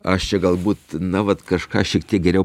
aš čia galbūt na vat kažką šiek tiek geriau